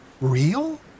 real